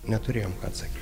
neturėjom ką atsakyt